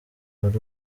wari